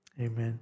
Amen